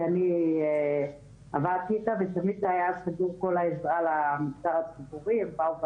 כי אני עבדתי איתה, והם עזרו לנו המון.